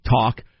talk